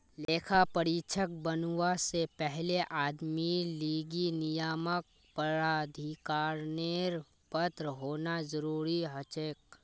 लेखा परीक्षक बनवा से पहले आदमीर लीगी नियामक प्राधिकरनेर पत्र होना जरूरी हछेक